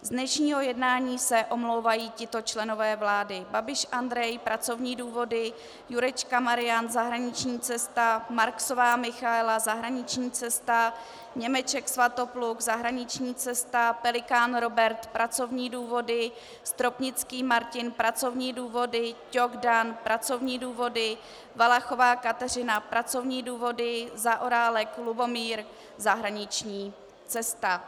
Z dnešního jednání se omlouvají tito členové vlády: Babiš Andrej pracovní důvody, Jurečka Marian zahraniční cesta, Marksová Michaela zahraniční cesta, Němeček Svatopluk zahraniční cesta, Pelikán Robert pracovní důvody, Stropnický Martin pracovní důvody, Ťok Dan pracovní důvody, Valachová Kateřina pracovní důvody, Zaorálek Lubomír zahraniční cesta.